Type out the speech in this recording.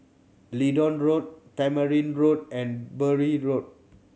Leedon Road Tamarind Road and Bury Road